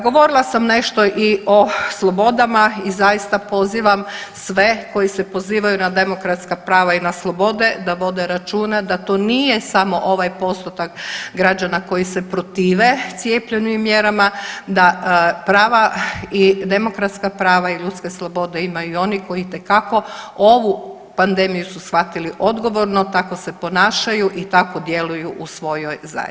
Govorila sam nešto i o slobodama i zaista pozivam sve koji se pozivaju na demokratska prava i na slobode, da vode računa da to nije samo ovaj postotak građana koji se protive cijepljenju i mjerama, da prava i demokratska prava i ljudske slobode imaju i oni koji itekako ovu pandemiju su shvatili odgovorno, tako se ponašaju i tako djeluju u svojoj zajednici.